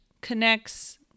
connects